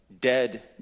dead